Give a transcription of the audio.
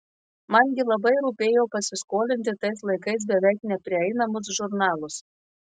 man gi labai rūpėjo pasiskolinti tais laikais beveik neprieinamus žurnalus